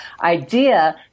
idea